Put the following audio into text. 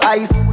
ice